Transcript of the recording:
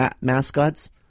mascots